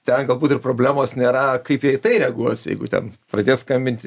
ten galbūt ir problemos nėra kaip jie į tai reaguos jeigu ten pradės skambinti